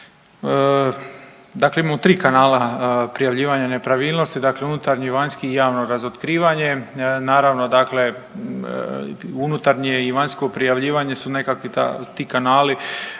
dakle imamo tri kanala prijavljivanja nepravilnosti, dakle unutarnji, vanjski i javno razotkrivanje. Naravno dakle unutarnje i vanjsko prijavljivanje su nekako ti kanali